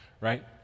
Right